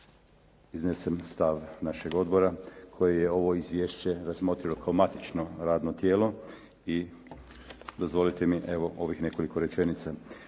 iznesem stav našeg odbora koji je ovo izvješće razmotrilo kao matično radno tijelo, i dozvolite mi evo ovih nekoliko rečenica.